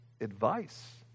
advice